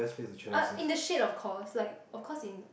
uh in the shade of course like of course in